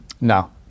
No